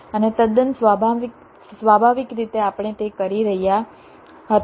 અને તદ્દન સ્વાભાવિક રીતે આપણે તે કરી રહ્યા હતા